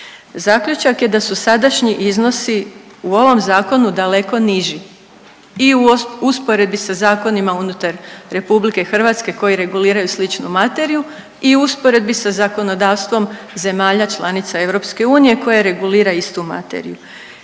Zaključak je da su sadašnji iznosi u ovom Zakonu daleko niži i u usporedbi sa zakonima unutar RH koji reguliraju sličnu materiju i u usporedbi sa zakonodavstvom zemalja članica EU koji regulira istu materiju.